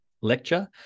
lecture